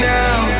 now